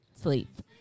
sleep